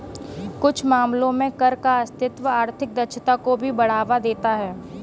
कुछ मामलों में कर का अस्तित्व आर्थिक दक्षता को भी बढ़ावा देता है